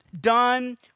done